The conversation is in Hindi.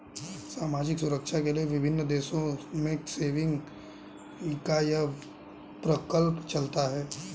सामाजिक सुरक्षा के लिए विभिन्न देशों में सेविंग्स का यह प्रकल्प चलता है